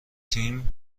تیم